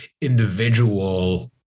individual